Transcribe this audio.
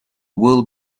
will